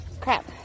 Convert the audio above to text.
Crap